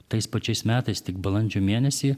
tais pačiais metais tik balandžio mėnesį